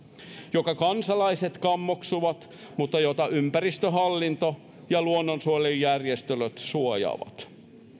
jota kansalaiset kammoksuvat mutta jota ympäristöhallinto ja luonnonsuojelujärjestöt suojelevat